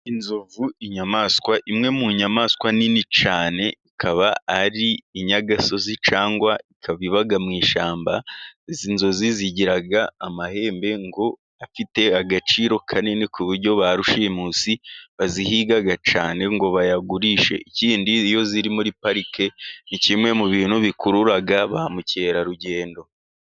Inzovu, inyamaswa imwe mu nyamaswa nini cyane, ikaba ari inyagasozi cyangwa, ikaba iba mu ishyamba, izi nzovu zigira amahembe ngo afite agaciro kanini, ku buryo ba Rushimusi bazihiga cyane ngo bayagurishe, ikindi iyo ziri muri parike, ni kimwe mu bintu bikurura ba Mukerarugendo.